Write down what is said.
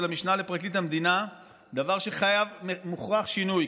המשנה לפרקליט המדינה דבר שמחייב שינוי,